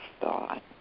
thought